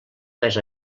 més